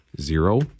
Zero